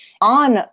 on